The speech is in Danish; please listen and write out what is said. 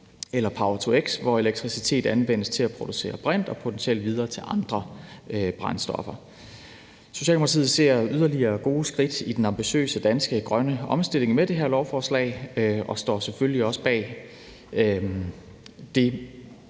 eller power-to-x, hvor elektricitet anvendes til at producere brint og potentielt videre til andre brændstoffer. Socialdemokratiet ser yderligere gode skridt i den ambitiøse danske grønne omstilling med det her lovforslag og står selvfølgelig også bag det